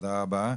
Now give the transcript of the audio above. תודה רבה.